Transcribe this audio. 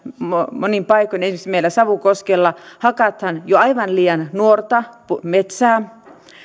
monin paikoin esimerkiksi meillä savukoskella hakataan jo aivan liian nuorta metsää